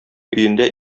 өендә